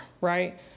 right